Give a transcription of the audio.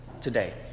today